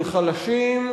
של חלשים,